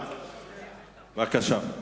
בבקשה.